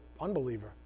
unbeliever